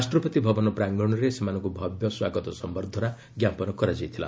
ରାଷ୍ଟ୍ରପତି ଭବନ ପ୍ରାଙ୍ଗଣରେ ସେମାନଙ୍କୁ ଭବ୍ୟ ସ୍ୱାଗତ ସମ୍ଭର୍ଦ୍ଧନା ଜ୍ଞାପନ କରାଯାଇଥିଲା